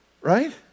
Right